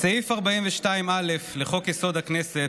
סעיף 42א לחוק-יסוד: הכנסת,